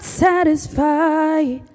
satisfied